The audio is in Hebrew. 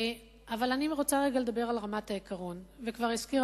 אבל אני רוצה לדבר רגע ברמת העיקרון, וכבר הזכירה